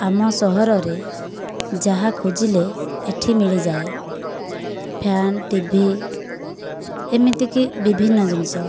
ଆମ ସହର ରେ ଯାହା ଖୋଜିଲେ ଏଠି ମିଳିଯାଏ ଫ୍ୟାନ୍ ଟିଭି ଏମିତି କି ବିଭିନ୍ନ ଜିନିଷ